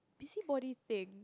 busybody thing